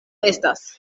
estas